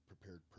prepared